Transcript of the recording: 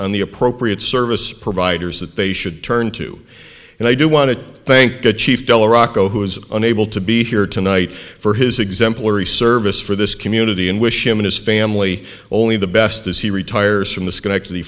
on the appropriate service providers that they should turn to and i do want to thank god chief del rocco who is unable to be here tonight for his exemplary service for this community and wish him and his family only the best as he retires from th